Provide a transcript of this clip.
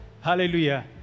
Hallelujah